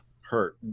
hurt